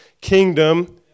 kingdom